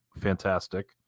Fantastic